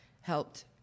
helped